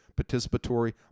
participatory